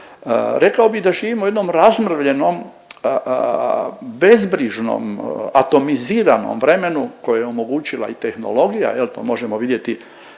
Rekao bi da živimo u jednom razmrvljenom bezbrižnom atomiziranom vremenu koje je omogućila i tehnologija jel, pa možemo vidjeti